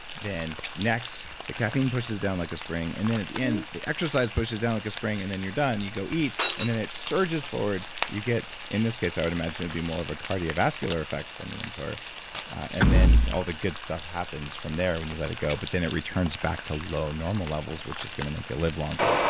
then next, the caffeine pushes down like a spring. and then at the end, the exercise pushes down like a spring and then you're done. you go eat, and then it surges forward, you get in this case i would imagine it'd be more of a cardiovascular effect from the mtor and then all the good stuff happens from there when you let it go. but then it returns back to low normal levels, which is going to make you live longer.